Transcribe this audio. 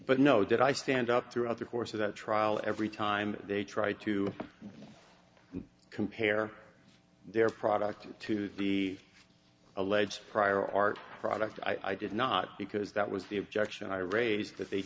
but no did i stand up throughout the course of that trial every time they tried to compare their product to be alleged prior art product i did not because that was the objection i raise that they